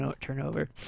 turnover